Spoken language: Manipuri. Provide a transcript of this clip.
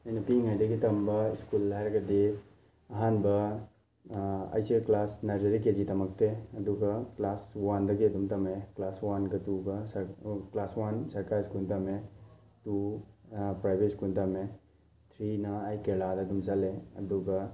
ꯑꯩꯅ ꯄꯤꯛꯂꯤꯉꯥꯏꯗꯒꯤ ꯇꯝꯕ ꯁ꯭ꯀꯨꯜ ꯍꯥꯏꯔꯒꯗꯤ ꯑꯍꯥꯟꯕ ꯑꯩꯁꯦ ꯀ꯭ꯂꯥꯁ ꯅꯔꯖꯔꯤ ꯀꯦꯖꯤ ꯇꯝꯃꯛꯇꯦ ꯑꯗꯨꯒ ꯀ꯭ꯂꯥꯁ ꯋꯥꯟꯗꯒꯤ ꯑꯗꯨꯝ ꯇꯝꯃꯛꯑꯦ ꯀ꯭ꯂꯥꯁ ꯋꯥꯟꯒ ꯇꯨꯒ ꯀ꯭ꯂꯥꯁ ꯋꯥꯟ ꯁꯔꯀꯥꯔ ꯁ꯭ꯀꯨꯜꯗ ꯇꯝꯃꯦ ꯇꯨ ꯄ꯭ꯔꯥꯏꯚꯦꯠ ꯁ꯭ꯀꯨꯜꯗ ꯇꯝꯃꯦ ꯊ꯭ꯔꯤꯅ ꯑꯩ ꯀꯦꯔꯂꯥꯗ ꯑꯗꯨꯝ ꯆꯠꯂꯦ ꯑꯗꯨꯒ